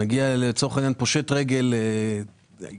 הוא כאילו פושט רגל תזרימית.